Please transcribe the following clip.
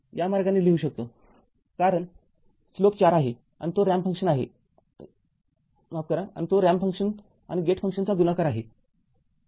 या मार्गाने लिहू शकतो कारण स्लोप ४ आहे आणि तो रॅम्प फंक्शन आणि गेट फंक्शनचा गुणाकार आहे